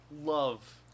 love